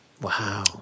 wow